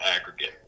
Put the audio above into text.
aggregate